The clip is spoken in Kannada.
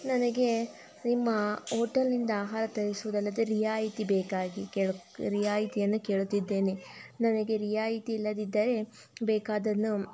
ನನಗೆ ನಿಮ್ಮ ಹೋಟೆಲ್ನಿಂದ ಆಹಾರ ತರಿಸುವುದಲ್ಲದೇ ರಿಯಾಯಿತಿ ಬೇಕಾಗಿ ಕೇಳು ರಿಯಾಯಿತಿಯನ್ನು ಕೇಳುತ್ತಿದ್ದೇನೆ ನನಗೆ ರಿಯಾಯಿತಿ ಇಲ್ಲದಿದ್ದರೆ ಬೇಕಾದ್ದನ್ನು